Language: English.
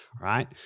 right